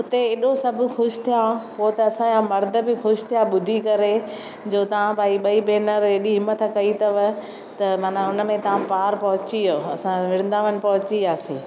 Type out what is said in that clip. उते एॾो सभु ख़ुशि थिया पोइ त असांजा मर्द बि ख़ुशि थिया ॿुधी करे जो तव्हां भाई ॿई भेनरूं एॾी हिमथ कई अथव त मना उन में पार पहुची वियव असां वृंदावन पहुची वियासीं